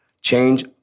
Change